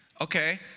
Okay